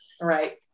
Right